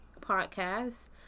podcast